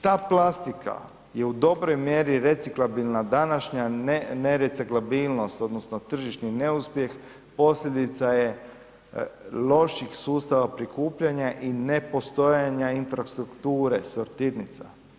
Ta plastika je u dobroj mjeri reciklabilna današnja nereciklabilnost odnosno tržišni neuspjeh, posljedica je loših sustava prikupljanja i nepostojanja infrastrukture sortirnica.